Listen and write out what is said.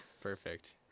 Perfect